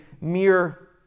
mere